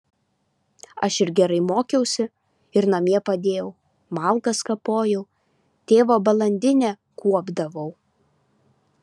aš ir gerai mokiausi ir namie padėjau malkas kapojau tėvo balandinę kuopdavau